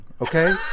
okay